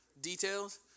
Details